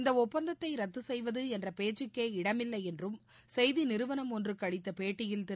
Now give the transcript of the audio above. இந்த ஒப்பந்தத்தை ரத்து செய்வது என்ற பேச்சுக்கே இடமில்லை என்றும் செய்தி நிறுவனம் ஒன்றுக்கு அளித்த பேட்டியில் திரு